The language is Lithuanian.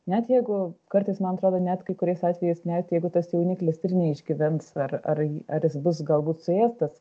net jeigu kartais man atrodo net kai kuriais atvejais net jeigu tas jauniklis ir neišgyvens ar ar ar jis bus galbūt suėstas